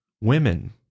women